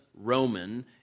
Roman